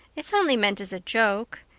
it's only meant as a joke.